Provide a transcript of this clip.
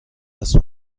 دست